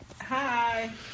Hi